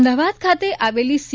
અમદાવાદ ખાતે આવેલી સી